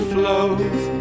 flows